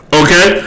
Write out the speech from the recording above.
okay